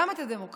גם את הדמוקרטיה.